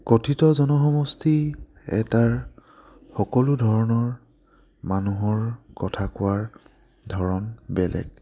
কথিত জনসমষ্টি এটাৰ সকলো ধৰণৰ মানুহৰ কথা কোৱাৰ ধৰণ বেলেগ